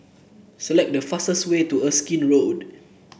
select the fastest way to Erskine Road